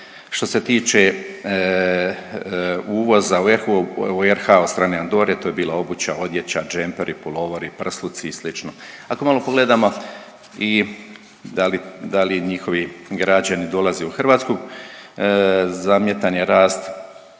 Što se tiče uvoza u RH od strane Andore to je bila obuća, odjeća, džemperi, puloveri, prsluci i slično. Ako malo pogledamo i da li, da li njihovi građani dolaze u Hrvatsku zamjetan je rast